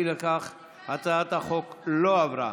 אי לכך, הצעת החוק לא עברה.